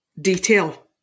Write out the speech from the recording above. detail